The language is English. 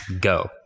Go